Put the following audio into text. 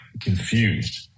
confused